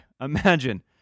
imagine